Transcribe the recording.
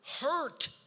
hurt